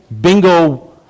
bingo